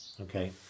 Okay